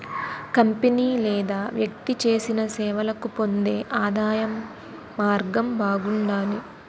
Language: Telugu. కంపెనీ లేదా వ్యక్తి చేసిన సేవలకు పొందే ఆదాయం మార్గం బాగుండాలి